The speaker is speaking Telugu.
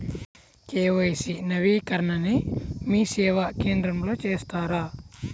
కే.వై.సి నవీకరణని మీసేవా కేంద్రం లో చేస్తారా?